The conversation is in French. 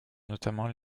notamment